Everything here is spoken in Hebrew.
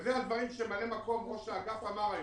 וזה הדברים שממלא מקום ראש האגף אמר היום.